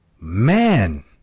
man